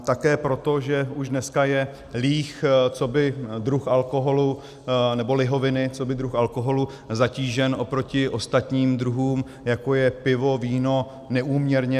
Také proto, že už dneska je líh coby druh alkoholu nebo lihovina coby druh alkoholu zatížen oproti ostatním druhům, jako je pivo, víno, neúměrně.